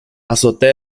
azotea